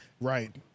Right